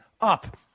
up